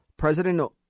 President